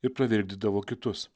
ir pravirkdydavo kitus